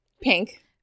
Pink